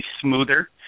smoother